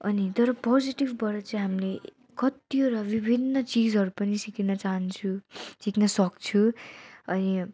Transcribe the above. अनि तर पोजिटिभबाट चाहिँ हामीले कतिवटा विभिन्न चिजहरू पनि सिक्न चाहन्छु सिक्न सक्छौँ अनि